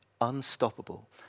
Unstoppable